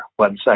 website